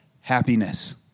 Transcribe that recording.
happiness